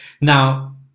now